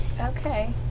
Okay